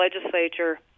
legislature